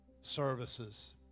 services